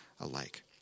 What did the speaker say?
alike